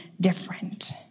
different